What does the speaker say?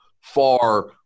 far